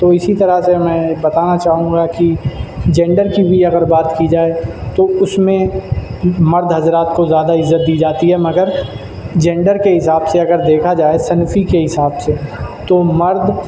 تو اسی طرح سے میں بتانا چاہوں گا کہ جینڈر کی بھی اگر بات کی جائے تو اس میں مرد حضرات کو زیادہ عزت دی جاتی ہے مگر جینڈر کے حساب سے اگر دیکھا جائے صنفی کے حساب سے تو مرد